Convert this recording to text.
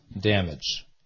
damage